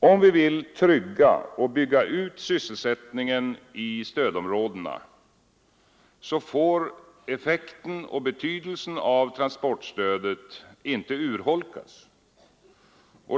Om vi vill trygga och bygga ut sysselsättningen i stödområdena får effekten och betydelsen av transportstödet inte urholkas.